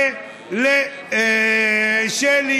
ולשלי,